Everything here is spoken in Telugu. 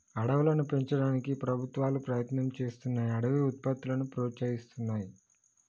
అడవులను పెంచడానికి ప్రభుత్వాలు ప్రయత్నం చేస్తున్నాయ్ అడవి ఉత్పత్తులను ప్రోత్సహిస్తున్నాయి